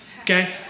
okay